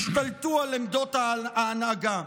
השתלטה על עמדות ההנהגה.